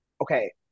Okay